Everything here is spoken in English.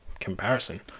comparison